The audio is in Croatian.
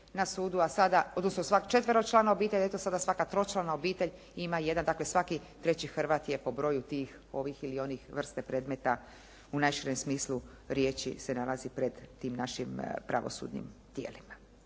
na sudu a sada, odnosno četveročlana obitelj a eto sada svaka tročlana obitelj ima jedan. Dakle, svaki treći Hrvat je po broju tih ovih ili onih vrste predmeta u najširem smislu riječi se nalazi pred tim našim pravosudnim tijelima,